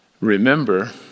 remember